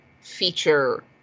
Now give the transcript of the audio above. feature